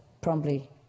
promptly